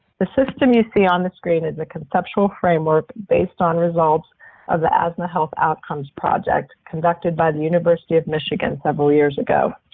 the system you see on the screen is a conceptual framework based on results of the asthma health outcomes project conducted by the university of michigan several years ago.